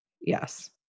Yes